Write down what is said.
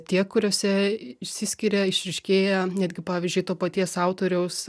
tie kuriuose išsiskiria išryškėja netgi pavyzdžiui to paties autoriaus